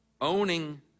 Owning